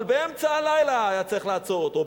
אבל באמצע הלילה היה צריך לעצור אותו.